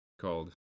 called